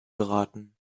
geraten